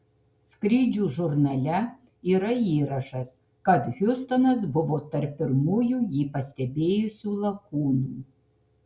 skrydžių žurnale yra įrašas kad hiustonas buvo tarp pirmųjų jį pastebėjusių lakūnų